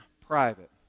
private